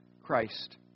Christ